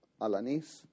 Alanis